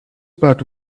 about